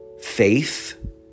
faith